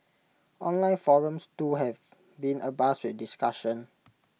online forums too have been abuzz with discussion